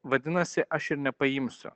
vadinasi aš ir nepaimsiu